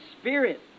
Spirit